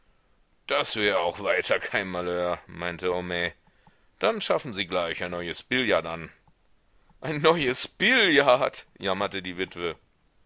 das wär auch weiter kein malheur meinte homais dann schaffen sie gleich ein neues billard an ein neues billard jammerte die witwe